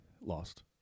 lost